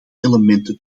elementen